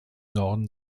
norden